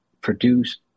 produce